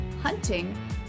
hunting